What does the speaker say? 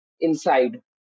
inside